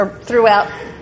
throughout